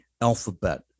alphabet